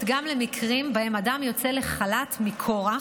גם למקרים שבהם אדם יוצא לחל"ת מכורח,